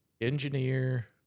engineer